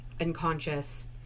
unconscious